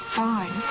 fine